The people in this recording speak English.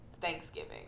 Thanksgiving